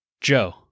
Joe